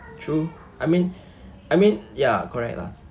true I mean I mean ya correct lah